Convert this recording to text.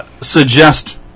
suggest